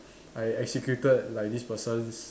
I executed like this person's